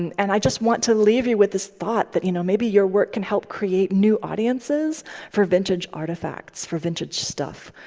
and i just want to leave you with this thought that you know maybe your work can help create new audiences for vintage artifacts, for vintage stuff.